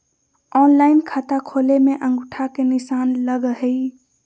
Online खाता खोले में अंगूठा के निशान लगहई?